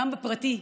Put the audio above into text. גם בפרטי,